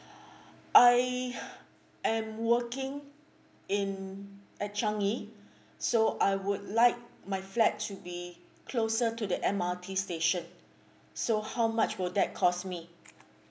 I am working in a changi so I would like my flat to be closer to the M_R_T station so how much will that cost me